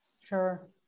Sure